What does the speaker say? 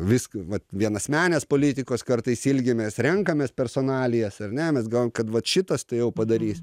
vis vat vienasmenės politikos kartais ilgimės renkamės personalijas ar ne mes gavom kad vat šitas tai jau padarys